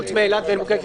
חוץ מאילת ועין בוקק,